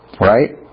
Right